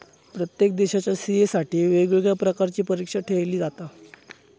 प्रत्येक देशाच्या सी.ए साठी वेगवेगळ्या प्रकारची परीक्षा ठेयली जाता